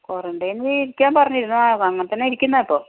quarantine ഇരിക്കാൻ പറഞ്ഞിരുന്നു അങ്ങനെത്തന്നെയാ ഇരിക്കുന്നതിപ്പോൾ